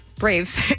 Braves